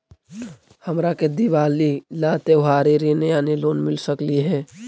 हमरा के दिवाली ला त्योहारी ऋण यानी लोन मिल सकली हे?